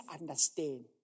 understand